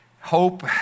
Hope